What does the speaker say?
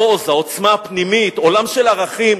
העוז, העוצמה הפנימית, עולם של ערכים,